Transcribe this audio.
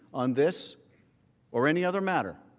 on this or any other matter.